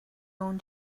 own